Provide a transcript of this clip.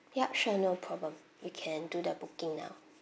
yup sure no problem you can do the booking now